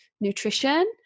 nutrition